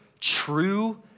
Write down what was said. true